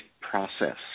process